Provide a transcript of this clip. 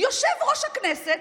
"יושב-ראש הכנסת,